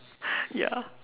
ya